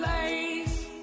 place